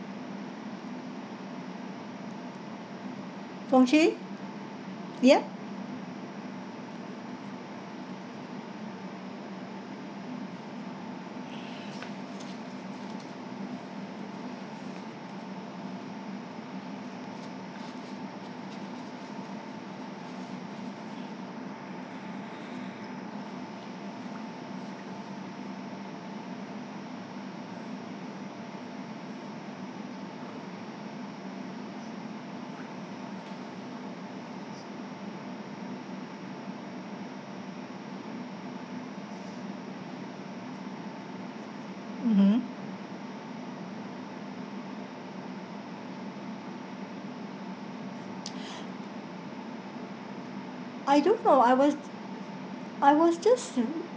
pung chi yeah mmhmm I don't know I was I was just